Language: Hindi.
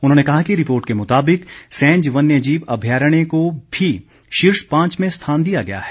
उन्होंने कहा कि रिपोर्ट के मुताबिक सैंज वन्य जीव अभ्यारण्य को भी शीर्ष पांच में स्थान दिया गया है